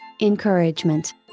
encouragement